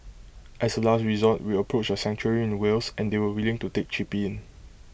as A last resort we approached A sanctuary in Wales and they were willing to take chippy in